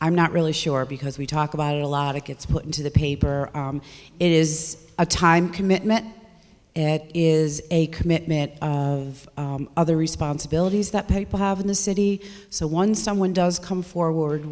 i'm not really sure because we talk about it a lot it gets put into the paper it is a time commitment is a commitment of other responsibilities that people have in the city so once someone does come forward